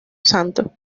santo